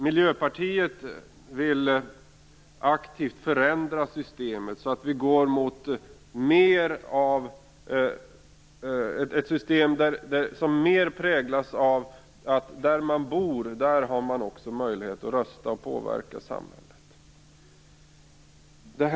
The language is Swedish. Miljöpartiet vill aktivt förändra systemet. Vi vill att man går mot ett system som mer präglas av att människor har möjlighet att rösta och påverka samhället där de bor.